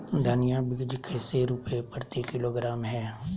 धनिया बीज कैसे रुपए प्रति किलोग्राम है?